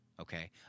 okay